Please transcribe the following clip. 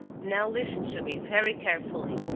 now listen to me, very carefully.